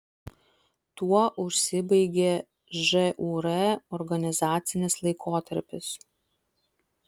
tuo užsibaigė žūr organizacinis laikotarpis